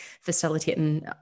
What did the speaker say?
facilitating